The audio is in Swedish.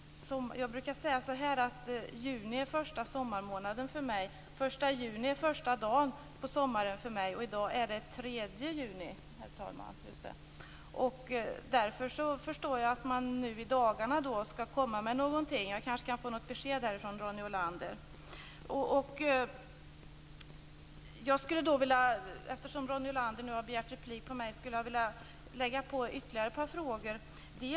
Jag brukar säga att juni är den första sommarmånaden. Den 1 juni är den första dagen på sommaren för mig, och i dag är det den 3 juni, herr talman. Därför förstår jag att man nu i dagarna skall komma med någonting. Jag kan kanske få något besked om detta från Ronny Eftersom Ronny Olander har begärt replik på mig skulle jag vilja lägga till ytterligare ett par frågor.